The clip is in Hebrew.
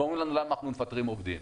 ואומרים לנו למה אנחנו מפטרים עובדים.